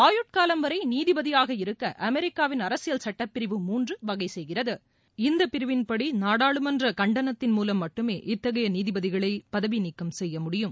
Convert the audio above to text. ஆயுட்காலம்வரை நீதிபதியாக இருக்க அமெரிக்காவின் அரசியல் சட்டப்பிரிவு மூன்று வகைசெய்கிறது இந்தபிரிவின்படி நாடாளுமன்ற கண்டனத்தின்மூலம் மட்டுமே இத்தகைய நீதிபதிகளை பதவிநீக்கம் செய்யமுடியும்